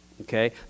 okay